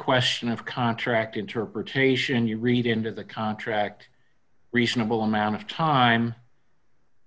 question of contract interpretation you read into the contract reasonable amount of time